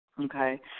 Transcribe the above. Okay